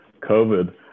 COVID